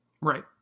Right